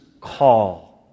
call